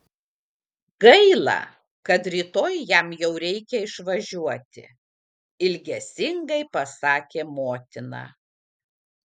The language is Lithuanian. gaila kad rytoj jam jau reikia išvažiuoti ilgesingai pasakė motina